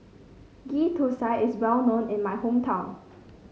Ghee Thosai is well known in my hometown